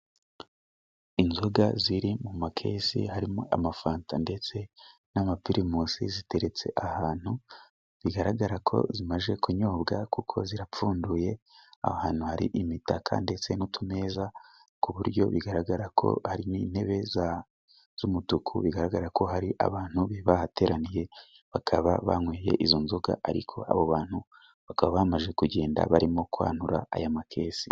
Inzoga ziri mu makesi，harimo amafanta ndetse n'amapirimusi，ziteretse ahantu， bigaragara ko zimaze kunyobwa，kuko zirapfunduye ahantu hari imitaka ndetse n'utumeza， ku buryo bigaragara ko ari n'intebe z'umutuku，bigaragara ko hari abantu bari bahateraniye， bakaba banyweye izo nzoga， ariko abo bantu bakaba bamaze kugenda barimo kwanura aya makesi.